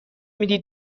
میدی